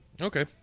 Okay